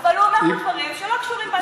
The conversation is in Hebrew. אבל הוא אומר כאן דברים שלא קשורים,